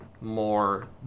more